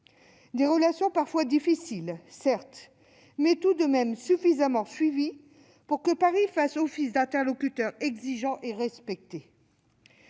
Des relations parfois difficiles, certes, mais tout de même suffisamment suivies pour que Paris fasse office d'interlocuteur exigeant et respecté.